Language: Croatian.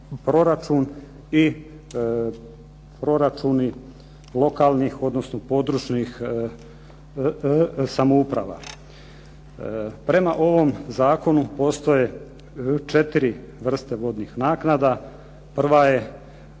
proračun i proračuni lokalnih, odnosno područnih samouprava. Prema ovom zakonu postoje 4 vrste vodnih naknada. Prve